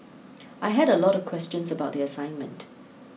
I had a lot of questions about the assignment